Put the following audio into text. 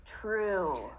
True